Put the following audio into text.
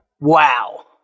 Wow